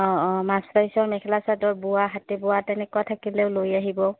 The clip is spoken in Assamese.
অঁ অঁ মাছ পাৰিছৰ মেখেলা চাদৰ বোৱা হাতে বোৱা তেনেকুৱা থাকিলেও লৈ আহিব